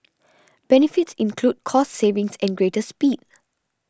benefits include cost savings and greater speed